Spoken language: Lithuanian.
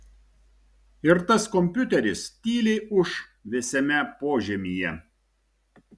ir tas kompiuteris tyliai ūš vėsiame požemyje